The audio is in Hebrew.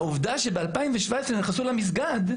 העובדה שב-2017 נכנסו למסגד,